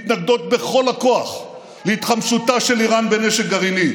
מתנגדות בכל הכוח להתחמשותה של איראן בנשק גרעיני.